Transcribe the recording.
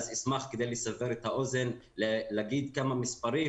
אז אשמח כדי לסבר את האוזן ולהגיד כמה מספרים